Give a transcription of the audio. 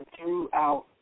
throughout